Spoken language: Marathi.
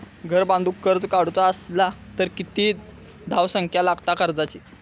घर बांधूक कर्ज काढूचा असला तर किती धावसंख्या लागता कर्जाची?